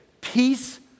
peace